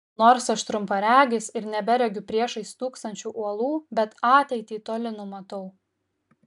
nors aš trumparegis ir neberegiu priešais stūksančių uolų bet ateitį toli numatau